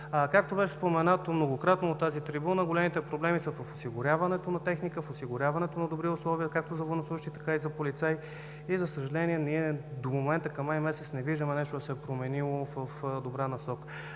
Както беше споменато многократно от тази трибуна, големите проблеми са в осигуряването на техника, в осигуряването на добри условия както за военнослужещи, така и за полицаи, и за съжаление, до момента към май месец не виждаме нещо да се е променило в добра насока.